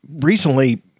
recently